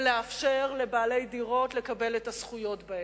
ולאפשר לבעלי דירות לקבל את הזכויות בהן,